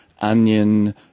onion